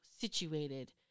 situated